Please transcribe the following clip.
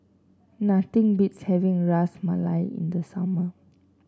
nothing beats having Ras Malai in the summer